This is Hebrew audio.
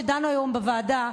שדנו בו היום בוועדה,